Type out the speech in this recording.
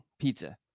pizza